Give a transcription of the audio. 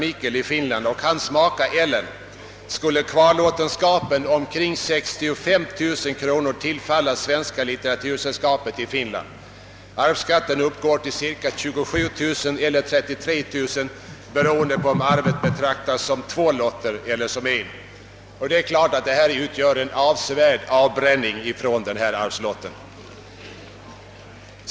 Michel i Finland, och hans maka Ellen skulle kvarlåtenskapen — omkring 65 000 kronor — tillfalla Svenska litteratursällskapet i Finland. Arvsskatten uppgår till cirka 27 000 eller 33 000 kronor, beroende på om arvet betraktas som två lotter eller som en. Detta utgör naturligtvis en avsevärd avbränning på detta arvsbelopp.